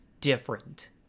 different